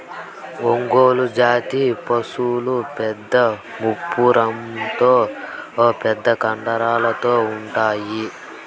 ఒంగోలు జాతి పసులు పెద్ద మూపురంతో పెద్ద కండరాలతో ఉంటాయి